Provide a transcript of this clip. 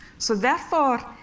so therefore,